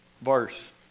verse